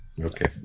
Okay